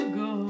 go